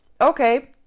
okay